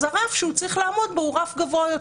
אז הרף שהוא צריך לעמוד בו הוא רף גבוה יותר.